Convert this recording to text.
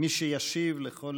מי שישיב לכל